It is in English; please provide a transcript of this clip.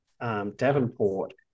Davenport